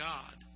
God